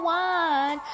one